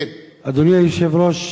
אדוני היושב-ראש,